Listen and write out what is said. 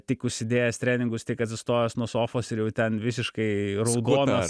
tik užsidėjęs treningus tik atsistojęs nuo sofos ir jau ten visiškai raudonas